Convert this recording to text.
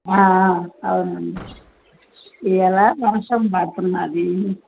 అవునండి ఇవాళ్ళ వర్షం పడుతున్నాదీ